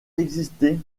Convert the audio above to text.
existé